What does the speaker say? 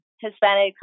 hispanic